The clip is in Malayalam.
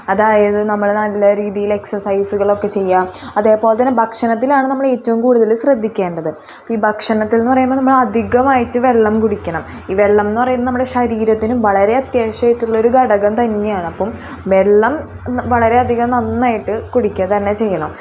അതായത് നമ്മൾ നല്ല രീതിയിൽ എക്സസൈസുകളൊക്കെ ചെയ്യുക അതേപോലെ തന്നെ ഭക്ഷണത്തിലാണ് നമ്മളേറ്റവും കൂടുതൽ ശ്രദ്ധിക്കേണ്ടത് ഈ ഭക്ഷണത്തിൽ എന്ന് പറയുമ്പോൾ നമ്മളധികമായിട്ട് വെള്ളം കുടിക്കണം ഈ വെള്ളം എന്ന് പറയുമ്പോൾ നമ്മുടെ ശരീരത്തിന് വളരെ അത്യാവശ്യമായിട്ടുള്ളൊരു ഘടകം തന്നെയാണ് അപ്പം വെള്ളം വളരെ അധികം നന്നായിട്ട് കുടിക്കുക തന്നെ ചെയ്യണം